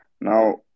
now